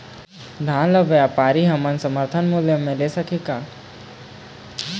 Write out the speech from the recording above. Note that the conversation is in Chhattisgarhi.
धान ला व्यापारी हमन समर्थन मूल्य म ले सकही का?